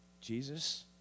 Jesus